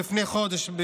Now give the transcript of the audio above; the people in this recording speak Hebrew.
לפני חודש,